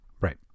Right